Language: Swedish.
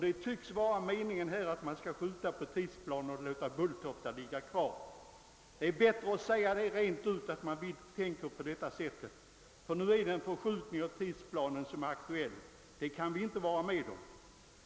Det tycks ju här vara meningen att man tills vidare skall låta flygfältet ligga kvar vid Bulltofta. Det är bättre att säga rent ut att man avser det. En förskjutning av tidsplanen kan vi som sagt inte vara med om.